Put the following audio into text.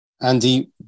Andy